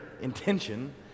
intention